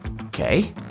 okay